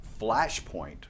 flashpoint